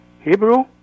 Hebrew